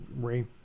Ray